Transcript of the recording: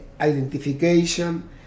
identification